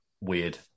weird